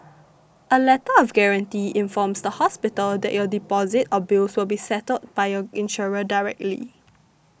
a Letter of Guarantee informs the hospital that your deposit or bills will be settled by your insurer directly